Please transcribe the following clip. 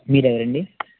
మీరు ఎవరండి